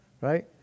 right